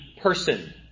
person